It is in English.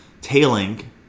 tailing